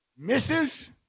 Misses